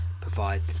provide